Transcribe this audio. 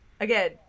again